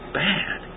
bad